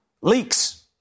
leaks